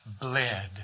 bled